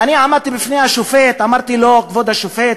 אני עמדתי בפני השופט, אמרתי לו: כבוד השופט,